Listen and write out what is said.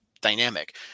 dynamic